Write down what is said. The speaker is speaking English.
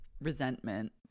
resentment